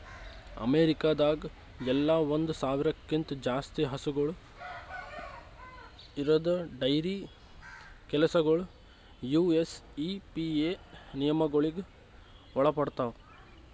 ಅಮೇರಿಕಾದಾಗ್ ಎಲ್ಲ ಒಂದ್ ಸಾವಿರ್ಕ್ಕಿಂತ ಜಾಸ್ತಿ ಹಸುಗೂಳ್ ಇರದ್ ಡೈರಿ ಕೆಲಸಗೊಳ್ ಯು.ಎಸ್.ಇ.ಪಿ.ಎ ನಿಯಮಗೊಳಿಗ್ ಒಳಪಡ್ತಾವ್